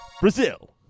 Brazil